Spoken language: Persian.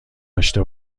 داشته